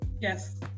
yes